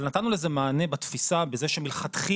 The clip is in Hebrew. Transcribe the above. אבל נתנו לזה מענה בתפיסה בזה שמלכתחילה